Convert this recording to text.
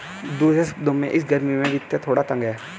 दूसरे शब्दों में, इस गर्मी में वित्त थोड़ा तंग है